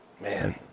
man